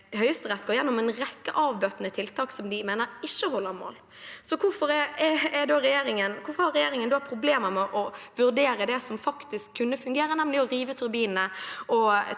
Høyesterett går i dommen gjennom en rekke avbøtende tiltak som de mener ikke holder mål. Hvorfor har regjeringen problemer med å vurdere det som faktisk kunne fungert, nemlig å rive turbinene